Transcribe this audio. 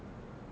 ya